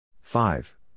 Five